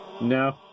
No